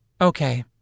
Okay